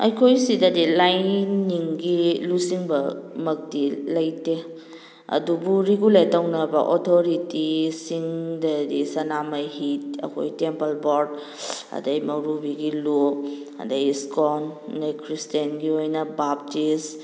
ꯑꯩꯈꯣꯏ ꯁꯤꯗꯗꯤ ꯂꯥꯏꯅꯤꯡꯒꯤ ꯂꯨꯆꯤꯡꯕ ꯃꯛꯇꯤ ꯂꯩꯇꯦ ꯑꯗꯨꯕꯨ ꯔꯤꯒꯨꯂꯔ ꯇꯧꯅꯕ ꯑꯊꯣꯔꯤꯇꯤꯁꯤꯡꯗꯗꯤ ꯁꯅꯥꯃꯍꯤ ꯑꯩꯈꯣꯏ ꯇꯦꯝꯄꯜ ꯕꯣꯔꯗ ꯑꯗꯩ ꯃꯧꯔꯨꯕꯤꯒꯤ ꯂꯨꯞ ꯑꯗꯩ ꯏꯁꯀꯣꯟ ꯑꯗꯩ ꯈ꯭ꯔꯤꯁꯇꯤꯌꯥꯟꯒꯤ ꯑꯣꯏꯅ ꯕꯥꯞꯇꯤꯁ